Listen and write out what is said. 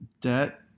Debt